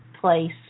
place